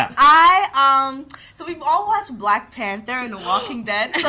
i, um so we've all watched black panther and the walking dead.